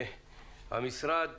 המשרד